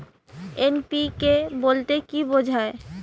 NPK বলতে কী বোঝায়?